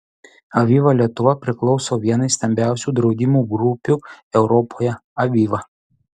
aviva lietuva priklauso vienai stambiausių draudimo grupių europoje aviva